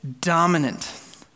dominant